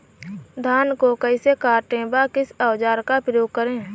धान को कैसे काटे व किस औजार का उपयोग करें?